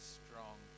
strong